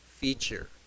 feature